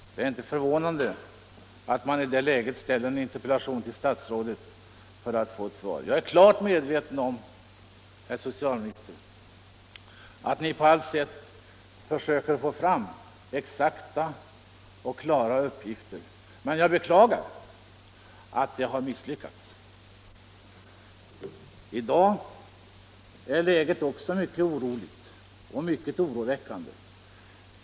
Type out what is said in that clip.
Det är inte så konstigt att man i det läget ställer en interpellation till statsrådet. Jag är klart medveten om, herr socialminister, att ni på allt sätt försöker få fram exakta uppgifter, men jag beklagar att det har misslyckats. I dag är läget också mycket oroväckande.